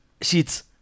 sheets